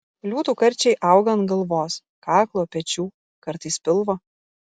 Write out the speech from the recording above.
liūtų karčiai auga ant galvos kaklo pečių kartais pilvo